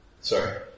Sorry